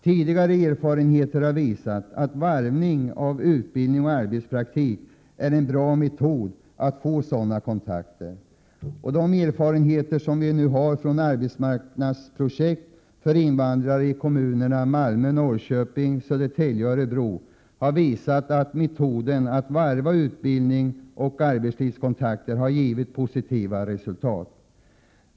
Tidigare erfarenheter har visat att varvning av utbildning och arbetspraktik är en bra metod att få sådana kontakter. De erfarenheter som vi nu har från arbetsmarknadsprojekt för invandrare i kommunerna Malmö, Norrköping, Södertälje och Örebro har visat att metoden att varva utbildning och arbetslivskontakter har givit positiva resultat.